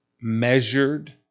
measured